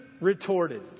retorted